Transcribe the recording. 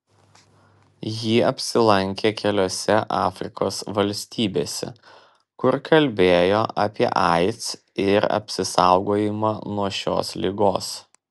ji apsilankė keliose afrikos valstybėse kur kalbėjo apie aids ir apsisaugojimą nuo šios ligos